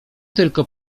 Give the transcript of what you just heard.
tylko